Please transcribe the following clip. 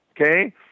okay